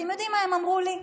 אתם יודעים מה הם אמרו לי?